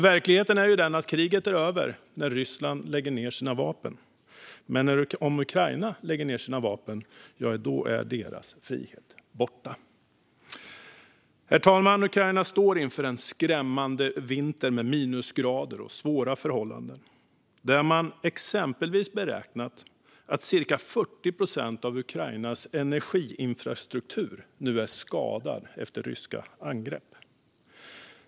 Verkligheten är ju sådan att kriget är över när Ryssland lägger ned sina vapen, men om Ukraina lägger ned sina vapen är deras frihet borta. Herr talman! Ukraina står inför en skrämmande vinter med minusgrader och svåra förhållanden. Man har exempelvis beräknat att cirka 40 procent av Ukrainas energiinfrastruktur är skadad efter ryska angrepp.